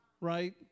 right